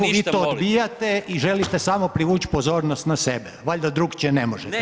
vi to odbijate i želite samo privuć pozornost na sebe, valjda drukčije ne možete.